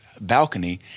balcony